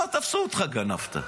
כבר תפסו אותך על חם שגנבת,